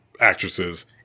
actresses